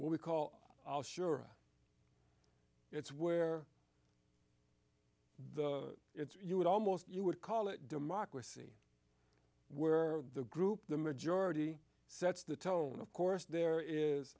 what we call shura it's where you would almost you would call it democracy where the group the majority sets the tone of course there is